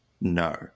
no